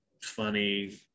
funny